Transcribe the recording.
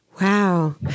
Wow